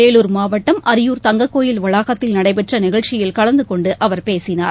வேலூர் மாவட்டம் அரியூர் தங்கக்கோயில் வளாகத்தில் நடைபெற்ற நிகழ்ச்சியில் கலந்து கொண்டு அவர் பேசினார்